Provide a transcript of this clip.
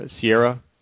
Sierra